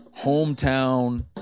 hometown